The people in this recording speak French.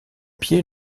pied